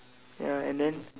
ya and then